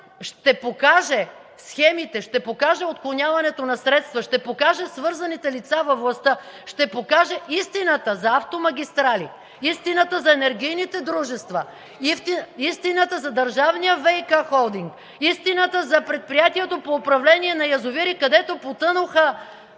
ще покаже схемите, ще покаже отклоняването на средства, ще покаже свързаните лица във властта, ще покаже истината за автомагистрали, истината за енергийните дружества, истината за държавния ВиК холдинг, истината за Предприятието по управление на язовири, където потънаха